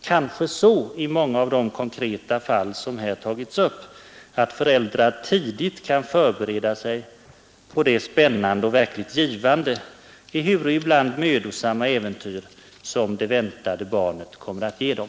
Kanske på så sätt i många av de konkreta fall som här åsyftats, att föräldrar tidigt kan förbereda sig på det spännande och verkligt givande, ehuru ibland mödosamma äventyr som det väntade barnet kommer att ge dem.